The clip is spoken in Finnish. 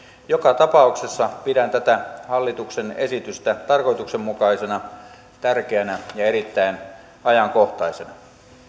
joka tapauksessa pidän tätä hallituksen esitystä tarkoituksenmukaisena tärkeänä ja erittäin ajankohtaisena